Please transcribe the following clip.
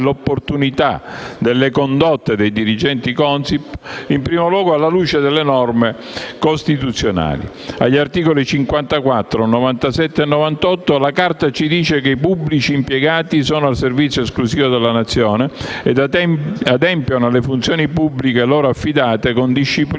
agli articoli 54, 97 e 98, la Carta ci dice che i pubblici impiegati sono al servizio esclusivo della Nazione e adempiono alle funzioni pubbliche loro affidate con disciplina